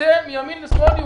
קצה מימין ומשמאל,